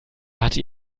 hatte